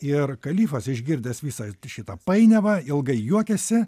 ir kalifas išgirdęs visą šitą painiavą ilgai juokiasi